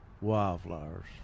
wildflowers